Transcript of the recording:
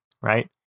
right